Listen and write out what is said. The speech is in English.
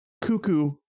cuckoo